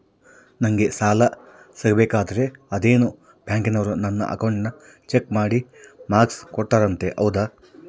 ನಂಗೆ ಸಾಲ ಸಿಗಬೇಕಂದರ ಅದೇನೋ ಬ್ಯಾಂಕನವರು ನನ್ನ ಅಕೌಂಟನ್ನ ಚೆಕ್ ಮಾಡಿ ಮಾರ್ಕ್ಸ್ ಕೋಡ್ತಾರಂತೆ ಹೌದಾ?